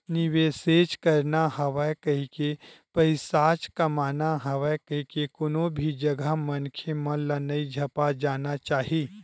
निवेसेच करना हवय कहिके, पइसाच कमाना हवय कहिके कोनो भी जघा मनखे मन ल नइ झपा जाना चाही